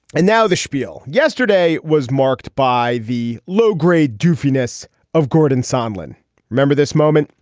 and now the schpiel. yesterday was marked by the low grade goofiness of gordon solin remember this moment,